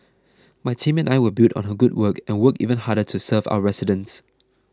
my team and I will build on her good work and work even harder to serve our residents